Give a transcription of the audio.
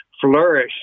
flourish